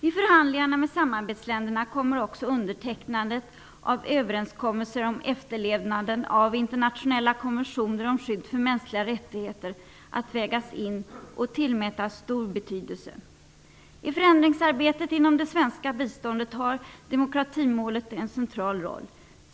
I förhandlingarna med samarbetsländerna kommer också undertecknandet av överenskommelser om efterlevnaden av internationella konventioner om skydd för mänskliga rättigheter att vägas in och tillmätas stor betydelse. I förändringsarbetet inom det svenska biståndet har demokratimålet en central roll.